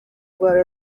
were